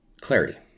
clarity